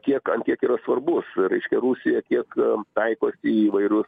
kiek ant kiek yra svarbus reiškia rusija tiek taikosi įvairius